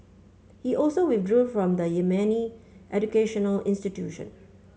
he also withdrew from the Yemeni educational institution